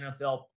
NFL